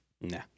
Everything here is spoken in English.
Nah